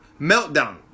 meltdown